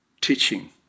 teaching